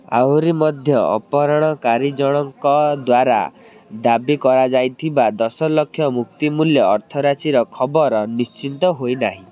ଆହୁରି ମଧ୍ୟ ଅପହରଣକାରୀଜଣଙ୍କ ଦ୍ୱାରା ଦାବି କରାଯାଇଥିବା ଦଶଲକ୍ଷ ମୁକ୍ତିମୂଲ୍ୟ ଅର୍ଥରାଶିର ଖବର ନିଶ୍ଚିନ୍ତ ହୋଇନାହିଁ